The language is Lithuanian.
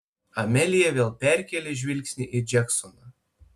amelija vėl perkėlė žvilgsnį į džeksoną